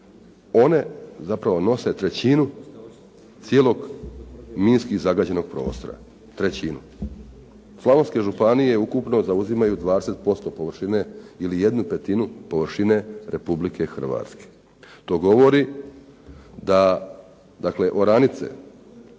one zapravo nose trećinu cijelog minski zagađenog prostora, trećinu. Slavonske županije ukupno zauzimaju 20% površine ili jednu petinu površine Republike Hrvatske. To govori da oranice